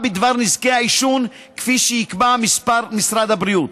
בדבר נזקי העישון כפי שיקבע משרד הבריאות,